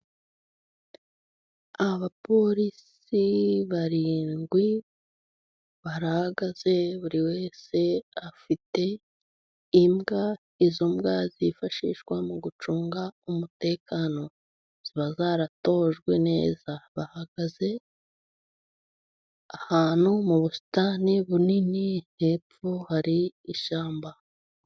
Abaporisi barindwi barahagaze, buri wese afite imbwa, izo mbwa zifashishwa mu gucunga umutekano. Ziba zaratojwe neza, bahagaze ahantu mu busitani bunini, hepfo hari ishyamba.